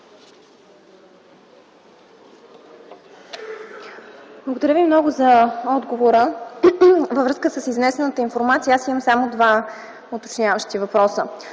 Благодаря Ви за отговора във връзка с изнесената информация. Имам само два уточняващи въпроса.